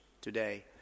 today